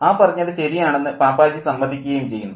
ആ പറഞ്ഞത് ശരിയാണെന്ന് പാപ്പാജി സമ്മതിക്കുകയും ചെയ്യുന്നു